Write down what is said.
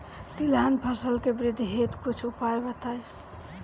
तिलहन फसल के वृद्धि हेतु कुछ उपाय बताई?